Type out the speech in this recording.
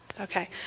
Okay